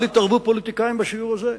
אל יתערבו הפוליטיקאים בשיעור הזה.